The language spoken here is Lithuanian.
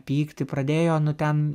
pykti pradėjo nu ten